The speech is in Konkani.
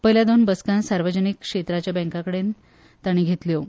पयल्या दोन बसका सार्वजनिक क्षेत्रांच्या बँकाकडेन ताणी घेतल्यो